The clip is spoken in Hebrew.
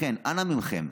לכן, אנא מכם,